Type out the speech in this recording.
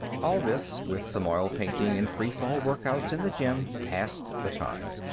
all this, with some oil painting and free-fall workouts in the gym, passed the time.